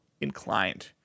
inclined